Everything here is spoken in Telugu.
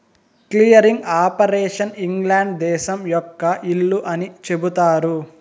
క్లియరింగ్ ఆపరేషన్ ఇంగ్లాండ్ దేశం యొక్క ఇల్లు అని చెబుతారు